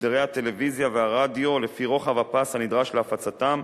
משדרי הטלוויזיה והרדיו לפי רוחב הפס הנדרש להפצתם,